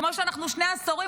כמו שאנחנו שני עשורים,